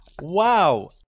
Wow